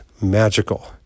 magical